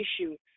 issue